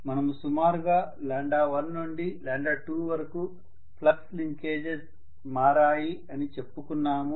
మనము సుమారుగా 1 నుండి 2 వరకు ఫ్లక్స్ లింకేజ్స్ మారాయి అని చెప్పుకున్నాము